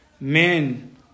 men